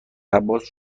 عباس